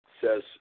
Says